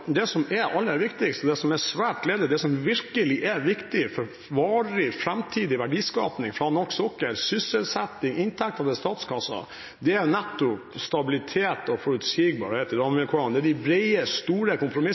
det som er aller viktigst – det som er svært gledelig, og som virkelig er viktig for varig framtidig verdiskaping fra norsk sokkel, sysselsetting og inntekter til statskassen – er nettopp stabilitet og forutsigbarhet i rammevilkårene, og det er de brede, store